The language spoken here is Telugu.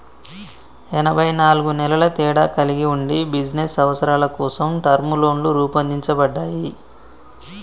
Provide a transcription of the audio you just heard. ఎనబై నాలుగు నెలల తేడా కలిగి ఉండి బిజినస్ అవసరాల కోసం టర్మ్ లోన్లు రూపొందించబడ్డాయి